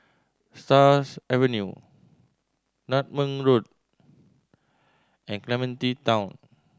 Stars Avenue Nutmeg Road and Clementi Town